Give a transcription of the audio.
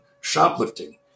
shoplifting